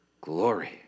Glory